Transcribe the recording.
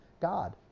God